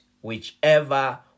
whichever